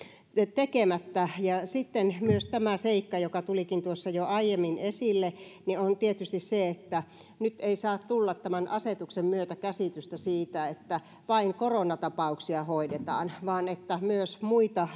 tekemättä sitten tämä seikka joka tulikin jo aiemmin esille on tietysti se että nyt ei saa tulla tämän asetuksen myötä sitä käsitystä että vain koronatapauksia hoidetaan vaan myös muita